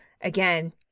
again